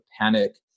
panic